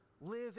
live